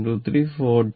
23 40